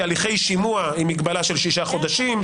הליכי שימוע עם מגבלה של שישה חודשים,